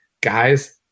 guys